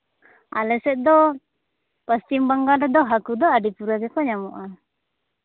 ᱟᱞᱮ ᱥᱮᱫ ᱫᱚ ᱯᱚᱪᱷᱤᱢ ᱵᱟᱝᱜᱟᱞ ᱨᱮᱫᱚ ᱦᱟᱹᱠᱩ ᱫᱚ ᱟᱹᱰᱤ ᱯᱩᱨᱟᱹ ᱜᱮᱠᱚ ᱧᱟᱢᱚᱜᱼᱟ